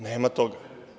Nema toga.